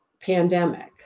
pandemic